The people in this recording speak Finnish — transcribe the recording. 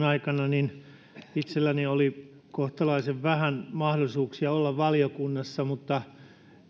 aikana itselläni oli kohtalaisen vähän mahdollisuuksia olla valiokunnassa mutta